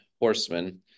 horsemen